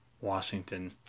Washington